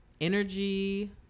energy